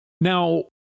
Now